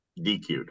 DQ'd